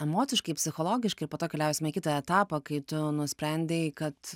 emociškai psichologiškai ir po to keliausim į kitą etapą kai tu nusprendei kad